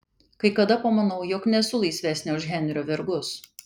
kai kada pamanau jog nesu laisvesnė už henrio vergus